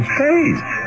face